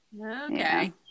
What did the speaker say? Okay